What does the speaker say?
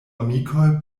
amikoj